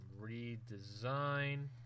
redesign